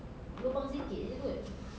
lobang sikit jer kot